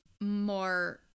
more